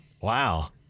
Wow